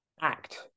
act